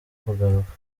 kugaruka